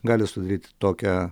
gali sudaryt tokią